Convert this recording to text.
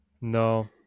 No